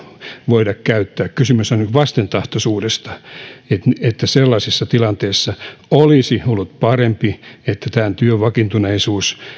voida käyttää kysymys on vastentahtoisuudesta sellaisessa tilanteessa olisi ollut parempi että tämän työn vakiintuneisuus